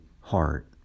heart